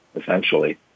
essentially